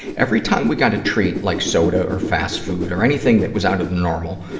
every time we got a treat, like soda or fast food or anything that was out of the normal,